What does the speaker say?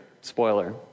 Spoiler